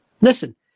Listen